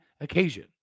occasion